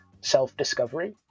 self-discovery